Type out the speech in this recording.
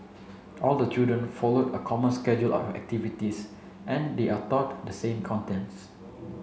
all the children follow a common schedule of activities and they are taught the same contents